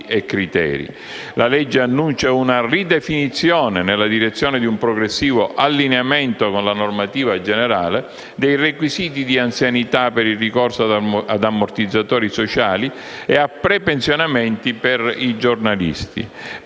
La legge annuncia una ridefinizione - nella direzione di un progressivo allineamento con la normativa generale - dei requisiti di anzianità per il ricorso ad ammortizzatori sociali e a prepensionamenti per i giornalisti.